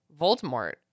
Voldemort